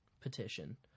petition